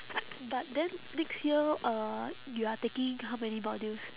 but then next year uh you are taking how many modules